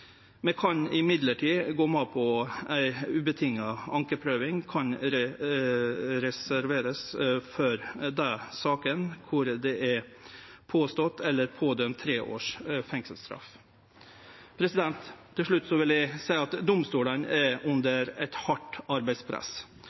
me kan gå med på at ei ankeprøving utan vilkår kan reserverast for dei sakene kor det er påstått eller idømt tre års fengselsstraff. Til slutt vil eg seie at domstolane er under eit hardt arbeidspress